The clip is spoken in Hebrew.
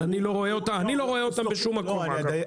אבל אני לא רואה אותם בשום מקום אגב.